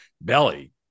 Belly